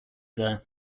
there